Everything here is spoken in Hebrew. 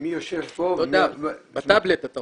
מי יושב פה ו --- לא דף, בטאבלט אתה רואה.